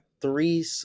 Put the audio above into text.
three